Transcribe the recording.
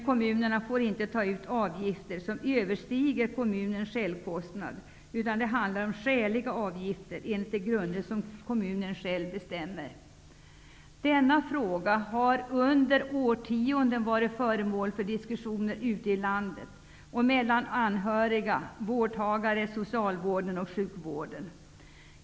Kommunerna får emellertid inte ta ut avgifter som överstiger deras självkostnader. Det handlar om ''skäliga avgifter'' enligt de grunder som kommunen själv bestämmer. Denna fråga har under årtionden varit föremål för diskussioner ute i landet mellan anhöriga, vårdtagare, socialvården och sjukvården.